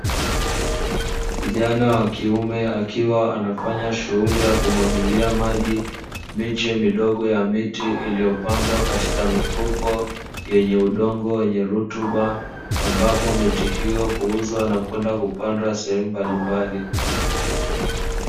Kijana wa kiume akiwa anafanya shughuli ya kumwagilia maji, miche midogo ya miti iliyopandwa katika mifuko yenye udongo wenye rutuba, ambapo miti hiyo huuzwa na kwenda kupandwa sehemu mbalimbali.